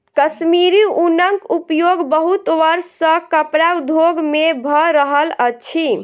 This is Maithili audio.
कश्मीरी ऊनक उपयोग बहुत वर्ष सॅ कपड़ा उद्योग में भ रहल अछि